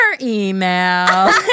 email